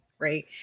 Right